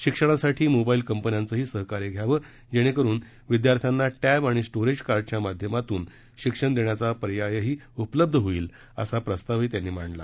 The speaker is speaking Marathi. शिक्षणासाठी मोबाईल कंपन्यांचेही सहकार्य घेण्यात यावे कि जेणेकरून विद्यार्थ्यांना टॅब आणि स्टोरेज कार्डच्या माध्यमातून शिक्षण देण्याचा पर्यायही उपलब्ध होईल असा प्रस्ताव हि त्यांनी मांडला